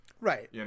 right